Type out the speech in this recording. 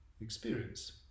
experience